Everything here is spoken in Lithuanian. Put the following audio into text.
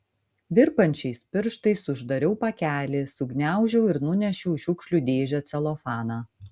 virpančiais pirštais uždariau pakelį sugniaužiau ir nunešiau į šiukšlių dėžę celofaną